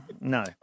No